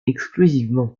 exclusivement